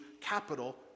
capital